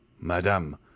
madame